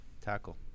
Tackle